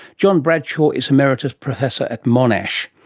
john bradshaw is emeritus professor at monash.